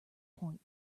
point